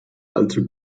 allzu